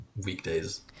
weekdays